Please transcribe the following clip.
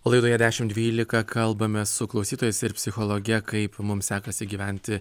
laidoje dešimt dvylika kalbame su klausytojais ir psichologe kaip mum sekasi gyventi